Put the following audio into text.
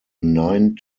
nine